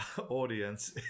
audience